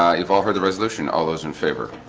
ah you've all heard the resolution all those in favor